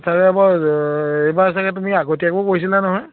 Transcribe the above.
চাগৈ এইবাৰ চাগৈ তুমি আগতীয়াকৈও কৰিছিলা নহয়